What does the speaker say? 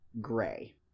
gray